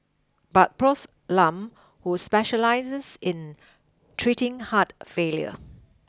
but Prof Lam who specialises in treating heart failure